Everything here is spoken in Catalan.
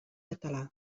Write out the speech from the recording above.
català